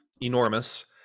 enormous